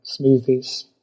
smoothies